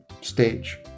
stage